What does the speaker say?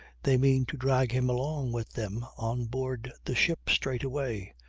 they mean to drag him along with them on board the ship straight away.